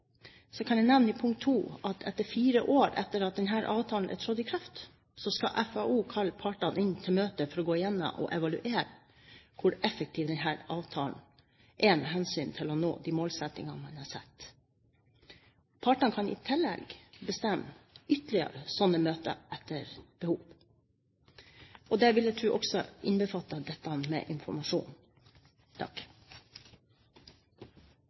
så står det i punkt 2 at fire år etter at denne avtalen er trådt i kraft, skal FAO kalle partene inn til møte for å gå gjennom og evaluere hvor effektiv denne avtalen er med hensyn til å nå de målsettingene man har satt. Partene kan i tillegg bestemme ytterligere slike møter etter behov, og det vil jeg tro også innbefatter dette med informasjon.